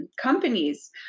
companies